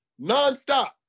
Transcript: nonstop